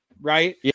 right